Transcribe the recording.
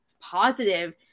positive